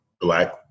black